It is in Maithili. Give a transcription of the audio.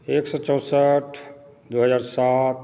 एक सए चौंसठि दो हजार सात